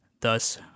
thus